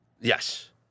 Yes